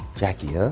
jackie, huh,